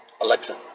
Alexa